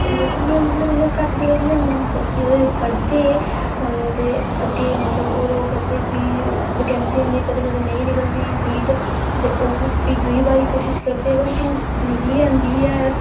नौकरियां इं'या मतलब घट्ट गै लभदियां इं'या बच्चे पढ़दे ते होर करदे भी वकैंसी औंदियां ते कदें कदें नेईं निकलदी सीट ते प्ही ओह् दूई बारी कोशि्श करदे पर निकली जंदी ऐ